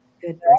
Good